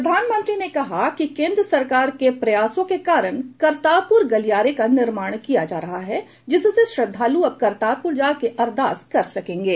प्रधानमंत्री ने कहा कि केन्द्र सरकार के प्रयासों के कारण करतारपुर गलियारे का निर्माण किया जा रहा है जिससे श्रद्वालु अब करतारपुर जाकर अरदास कर सकेंगे